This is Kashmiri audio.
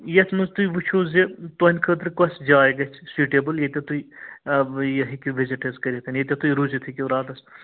یَتھ منٛز تُہۍ وٕچھُو زِ تُہٕنٛدِ خٲطرٕ کۄس جاے گژھِ سیوٗٹیبٕل ییٚتٮ۪تھ تُہۍ یہِ ہٮ۪کِو وِزِٹ حظ کٔرِتھ ییٚتٮ۪تھ تُہۍ روٗزِتھ ہٮ۪کِو راتَس